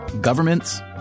governments